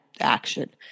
action